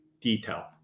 detail